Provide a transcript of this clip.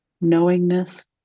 knowingness